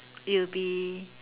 it'll be